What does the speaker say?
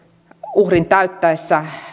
uhrin täyttäessä